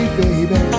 baby